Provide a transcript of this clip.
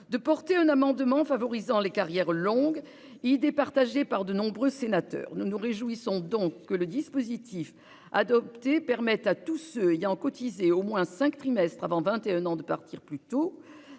de porter un amendement visant à favoriser les carrières longues, idée partagée par de nombreux sénateurs. Nous nous réjouissons donc que le dispositif adopté permette à tous ceux qui ont cotisé au moins cinq trimestres avant 21 ans de partir plus tôt,